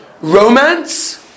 romance